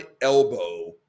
elbow